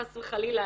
חס וחלילה,